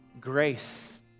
grace